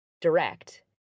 direct